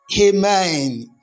Amen